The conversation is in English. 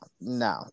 no